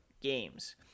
games